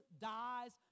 dies